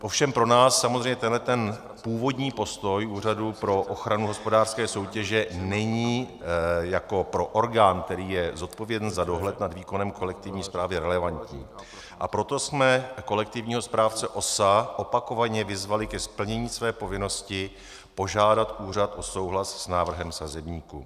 Ovšem pro nás samozřejmě tento původní postoj Úřadu pro ochranu hospodářské soutěže není jako pro orgán, který je zodpovědný za dohled nad výkonem kolektivní správy, relevantní, a proto jsme kolektivního správce OSA opakovaně vyzvali k plnění své povinnosti požádat úřad o souhlas s návrhem sazebníku.